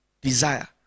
Desire